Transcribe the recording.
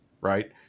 right